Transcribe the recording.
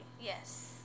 Yes